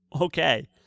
Okay